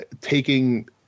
taking